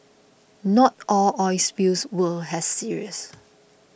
not all oil spills were as serious